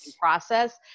process